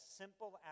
simple